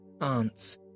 aunts